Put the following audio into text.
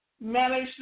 manage